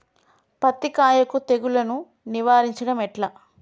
పత్తి కాయకు తెగుళ్లను నివారించడం ఎట్లా?